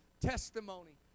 testimony